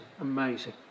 amazing